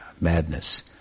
madness